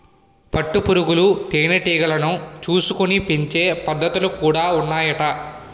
పట్టు పురుగులు తేనె టీగలను చూసుకొని పెంచే పద్ధతులు కూడా ఉన్నాయట